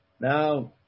Now